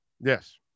Yes